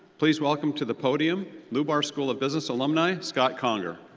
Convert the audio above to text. please welcome to the podium, lubar school of business alumni, scott conger.